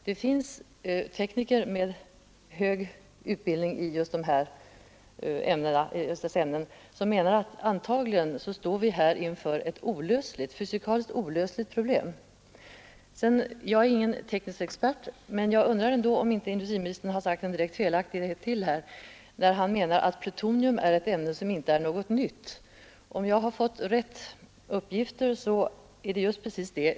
Det finns tekniker med hög utbildning i just detta ämne som menar, att vi här antagligen står inför ett fysikaliskt olösligt problem. Jag är ingen teknisk expert, men jag undrar ändå om inte industriministern givit en direkt felaktig uppgift när han säger att plutonium inte är något nytt ämne. Om jag har fått riktiga uppgifter är plutonium någonting nytt.